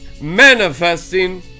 manifesting